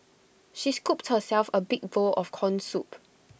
she scooped herself A big bowl of Corn Soup